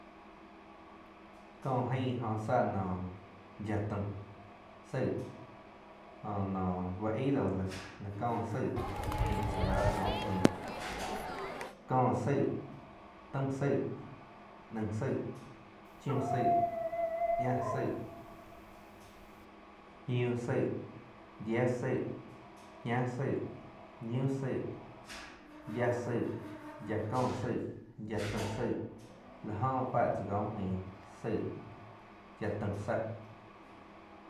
Có aing jó tzá noh yiáh taum tzaig jó noh úh aig dau láh có tzaig aing tsá kó maing, có tzaig, taum tzaig, naing tzaig, chiu tzaig, ñáh tzaig, ñiu tzaig, yiah tzaig, ña tzaig, ñiu tzaig, yáh tzaig, yáh có tzaig, yá taum tzaig la jóh fáh tzá kó maing tzaig yáh taum tzá.